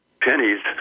pennies